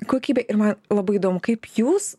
kokybę ir man labai įdomu kaip jūs